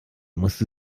musste